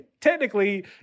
technically